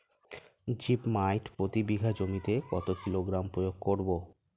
Zip মাইট প্রতি বিঘা জমিতে কত কিলোগ্রাম প্রয়োগ করব?